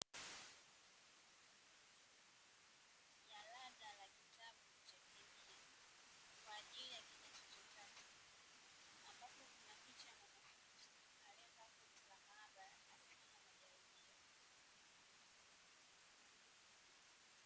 Jarada la kitabu cha kemia kwaajili ya kidato cha tatu, ambapo kuna picha ya mwanafunzi aliyevaa koti la maabara akifanya majaribio.